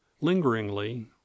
lingeringly